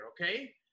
okay